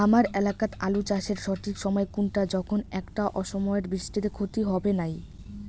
হামার এলাকাত আলু চাষের সঠিক সময় কুনটা যখন এইটা অসময়ের বৃষ্টিত ক্ষতি হবে নাই?